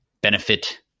benefit